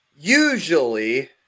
usually